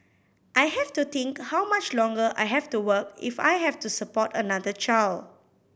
I have to think how much longer I have to work if I have to support another child